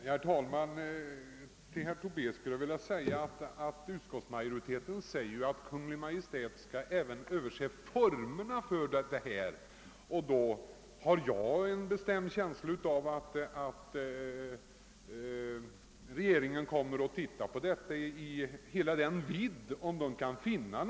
Herr talman! Utskottsmajoriteten säger att Kungl. Maj:t även skall överse formerna för indragningar, herr Tobé. Då har jag en bestämd känsla av att regeringen kommer att undersöka saken i hela dess vidd.